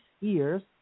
years